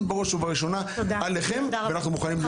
בראש ובראשונה עליכם ואנחנו מוכנים להיות פה.